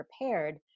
prepared